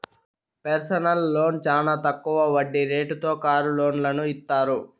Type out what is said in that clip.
personal loan చానా తక్కువ వడ్డీ రేటుతో కారు లోన్లను ఇత్తారు